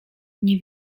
nie